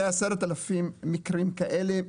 יש לנו כ-10,000 מקרים כאלה.